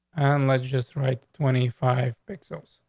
unless just right. twenty five pixels.